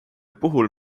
puhul